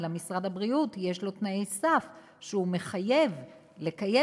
אלא משרד הבריאות יש לו תנאי סף שהוא מחייב לקיים,